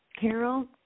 Carol